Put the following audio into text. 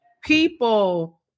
People